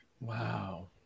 Wow